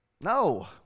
No